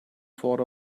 thought